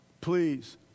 Please